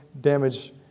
damage